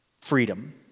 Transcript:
freedom